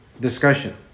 discussion